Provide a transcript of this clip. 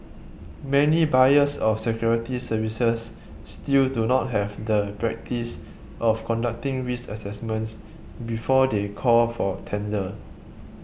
many buyers of security services still do not have the practice of conducting risk assessments before they call for tender